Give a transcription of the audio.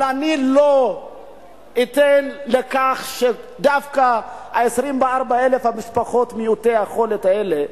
אבל אני לא אתן שדווקא 24,000 המשפחות של מעוטי היכולת האלה,